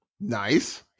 Nice